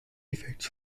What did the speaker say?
effects